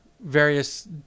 various